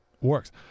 works